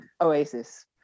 Oasis